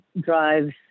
drives